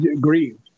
grieved